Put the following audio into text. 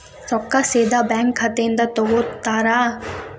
ರೊಕ್ಕಾ ಸೇದಾ ಬ್ಯಾಂಕ್ ಖಾತೆಯಿಂದ ತಗೋತಾರಾ?